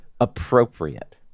appropriate